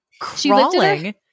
crawling